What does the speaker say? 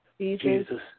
Jesus